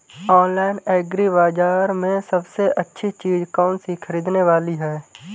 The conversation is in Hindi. ऑनलाइन एग्री बाजार में सबसे अच्छी चीज कौन सी ख़रीदने वाली है?